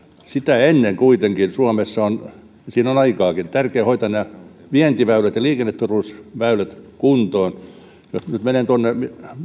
sitä ennen on kuitenkin suomessa siinä on aikaakin tärkeä hoitaa nämä vientiväylät ja liikenneturvallisuusväylät kuntoon jos nyt menen tuonne